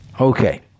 Okay